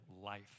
life